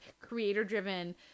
creator-driven